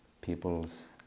people's